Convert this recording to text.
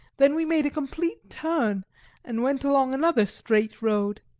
then we made a complete turn and went along another straight road.